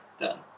done